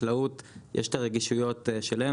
חקלאות יש את הרגישויות שלהם,